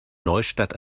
neustadt